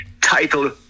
title